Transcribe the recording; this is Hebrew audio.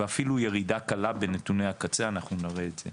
ואפילו ירידה קלה בנתוני הקצה, אנחנו נראה את זה.